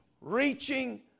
reaching